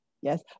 Yes